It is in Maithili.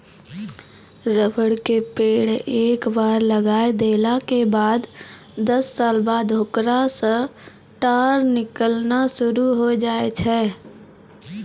रबर के पेड़ एक बार लगाय देला के बाद दस साल बाद होकरा सॅ टार निकालना शुरू होय जाय छै